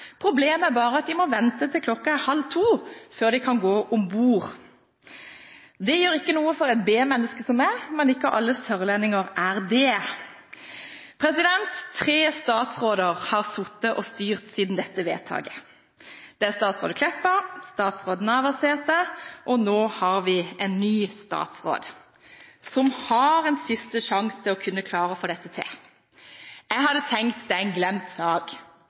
Problemet er bare at de må vente til klokken er halv to før de kan gå om bord. Det gjør ikke noe for et b-menneske som meg, men ikke alle sørlendinger er det. Tre statsråder har sittet og styrt siden dette vedtaket. Det er statsråd Meltveit Kleppa, statsråd Navarsete, og nå har vi en ny statsråd, som har en siste sjanse til å kunne klare å få dette til. Jeg hadde tenkt at det var en glemt sak.